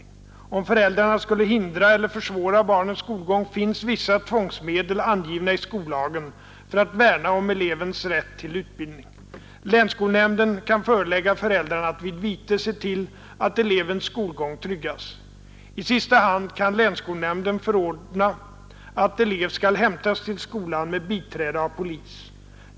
Om föräldrarna skulle hindra eller försvåra barnens skolgång finns vissa tvångsmedel angivna i skollagen för att värna om elevens rätt till utbildning. Länsskolnämnden kan förelägga föräldrarna att vid vite se till att elevens skolgång tryggas. I sista hand kan länsskolnämnden förordna att eleven skall hämtas till skolan med biträde av polis.